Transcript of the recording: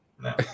no